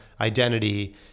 identity